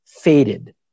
faded